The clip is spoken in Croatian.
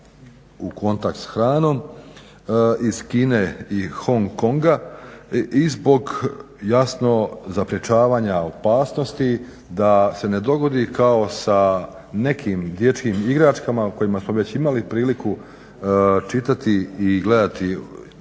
u kontakt s hranom, iz Kine i Hong Konga i zbog, jasno, zaprečavanja opasnosti da se ne dogodi kao sa nekim dječjim igračkama o kojima smo već imali priliku čitati i gledati